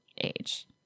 age